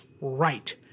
right